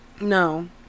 No